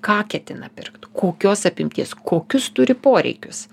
ką ketina pirkt kokios apimties kokius turi poreikius